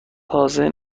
تازه